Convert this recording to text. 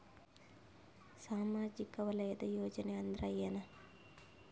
ಸಾಮಾಜಿಕ ವಲಯದ ಯೋಜನೆ ಅಂದ್ರ ಏನ?